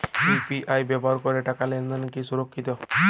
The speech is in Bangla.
ইউ.পি.আই ব্যবহার করে টাকা লেনদেন কি সুরক্ষিত?